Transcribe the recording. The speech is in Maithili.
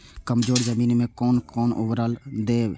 कमजोर जमीन में कोन कोन उर्वरक देब?